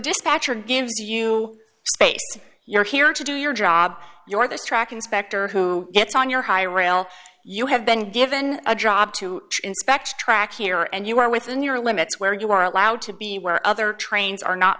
dispatcher gives you space you're here to do your job your this track inspector who gets on your high rail you have been given a job to inspect track here and you are within your limits where you are allowed to be where other trains are not